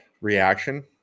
reaction